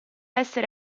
essere